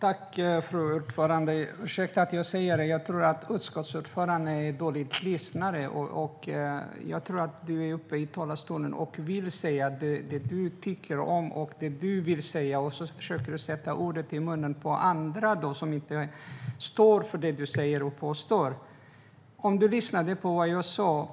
Fru talman! Ursäkta att jag säger det, men jag tror att utskottets ordförande lyssnar dåligt. Jag tror att du från talarstolen vill säga det som du tycker, och sedan försöker du att lägga ordet i munnen på andra som inte instämmer i det som du säger och påstår.